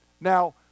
Now